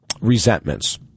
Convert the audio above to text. resentments